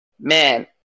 man